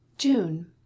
June